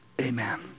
Amen